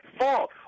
fault